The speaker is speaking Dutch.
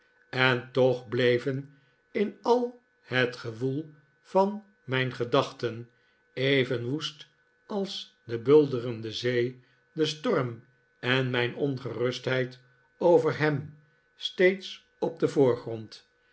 en toch bleven in al het gewoel van mijn gedachten even woest als de bulderende zee de storm en mijn ongerustheid over ham steeds op den voorgrond